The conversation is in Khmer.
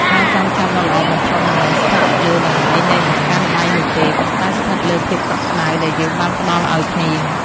ការចងចាំដ៏ល្អបំផុតមិនមែនស្ថិតលើតម្លៃនៃបង្កាន់ដៃនោះទេ ប៉ុន្តែស្ថិតលើភាពកក់ក្តៅដែលយើងបានផ្តល់ឱ្យគ្នា។